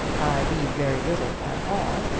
i read very little at all,